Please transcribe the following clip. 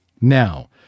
Now